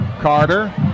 Carter